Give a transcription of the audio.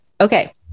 okay